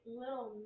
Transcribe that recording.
little